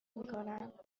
میکنم